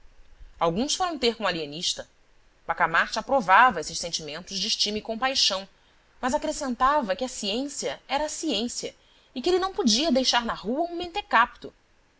alguns foram ter com o alienista bacamarte aprovava esses sentimentos de estima e compaixão mas acrescentava que a ciência era a ciência e que ele não podia deixar na rua um mentecapto